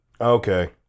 Okay